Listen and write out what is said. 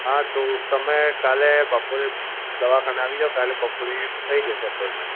હા તો તમે કાલે બપોરે દવાખાને આવી જાવ કાલે બપોરે થઇ જશે અપોયમેન્ટ